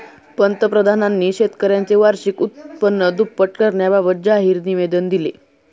पंतप्रधानांनी शेतकऱ्यांचे वार्षिक उत्पन्न दुप्पट करण्याबाबत जाहीर निवेदन दिले